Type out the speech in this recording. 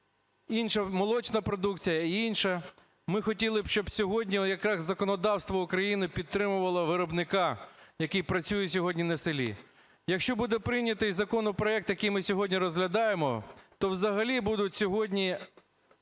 і молочна продукція, і інша. Ми хотіли б, щоб сьогодні якраз законодавство України підтримувало виробника, який працює сьогодні на селі. Якщо буде прийнятий законопроект, який ми сьогодні розглядаємо, то взагалі будуть сьогодні